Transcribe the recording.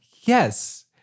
Yes